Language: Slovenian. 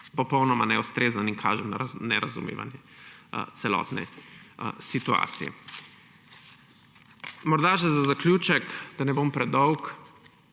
popolnoma neustrezen in kaže na nerazumevanje celotne situacije. Za zaključek, da ne bom predolg.